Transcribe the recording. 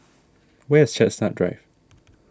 where is Chestnut Drive